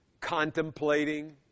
contemplating